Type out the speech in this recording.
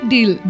Deal